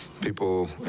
people